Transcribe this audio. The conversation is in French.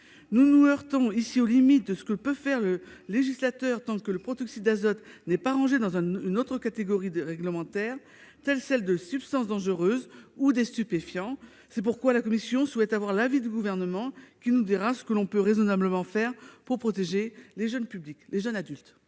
Nous nous heurtons ici aux limites de ce que peut faire le législateur tant que le protoxyde d'azote n'est pas rangé dans une autre catégorie réglementaire, comme celle des substances dangereuses ou celle des stupéfiants. La commission souhaite avoir l'avis du Gouvernement, afin de savoir ce qu'il est possible de faire pour protéger les jeunes adultes.